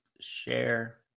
share